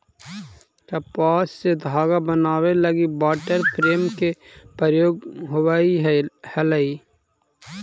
कपास से धागा बनावे लगी वाटर फ्रेम के प्रयोग होवऽ हलई